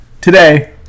today